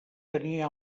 tenia